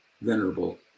venerable